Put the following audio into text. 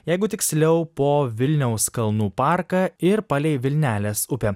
jeigu tiksliau po vilniaus kalnų parką ir palei vilnelės upę